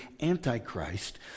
Antichrist